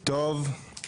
טוב.